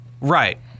Right